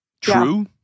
true